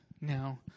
now